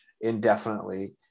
indefinitely